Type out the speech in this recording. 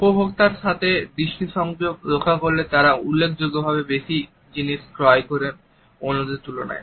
উপভোক্তাদের সাথে দৃষ্টি সংযোগ রক্ষা করলে তারা উল্লেখযোগ্যভাবে বেশি জিনিস ক্রয় করেন অন্যদের তুলনায়